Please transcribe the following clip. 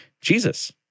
Jesus